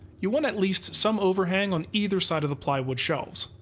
you want at least some overhang on either side of the plywood shelves.